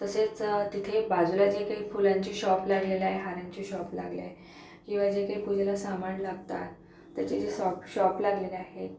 तसेच तिथे बाजूला जे काही फुलांचे शॉप लागलेले आहेत हारांचे शॉप लागले आहेत किंवा जे काही पुजेला सामान लागतात त्याचे जे सॉप शॉप लागलेले आहेत